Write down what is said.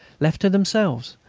left to themselves,